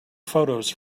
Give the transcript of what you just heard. photos